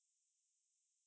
dying ya